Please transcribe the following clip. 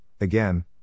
again